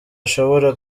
ashobora